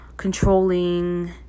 controlling